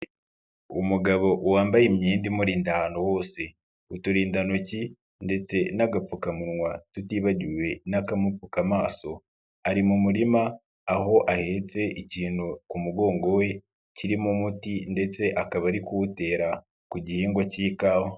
Umugabo wambaye imyenda imurinda ahantu hose, uturindantoki ndetse n'agapfukamunwa, tutibagiwe n'akamupfuka amaso, ari mu murima aho ahetse ikintu ku mugongo we kirimo umuti ndetse akaba ari kuwutera ku gihingwa cy'ikawa.